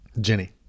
Jenny